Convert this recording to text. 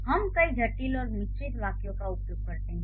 हम कई जटिल और मिश्रित वाक्यों का उपयोग करते हैं